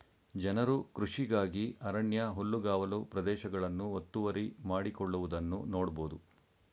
ಜನರು ಕೃಷಿಗಾಗಿ ಅರಣ್ಯ ಹುಲ್ಲುಗಾವಲು ಪ್ರದೇಶಗಳನ್ನು ಒತ್ತುವರಿ ಮಾಡಿಕೊಳ್ಳುವುದನ್ನು ನೋಡ್ಬೋದು